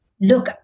Look